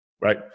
Right